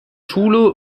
schule